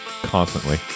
constantly